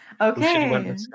Okay